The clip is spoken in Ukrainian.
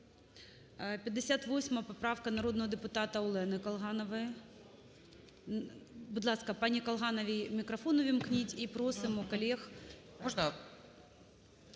58 поправка народного депутата Олени Колганової. Будь ласка, пані Колгановій мікрофон увімкніть. І просимо колег…